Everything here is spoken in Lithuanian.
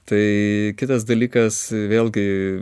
tai kitas dalykas vėlgi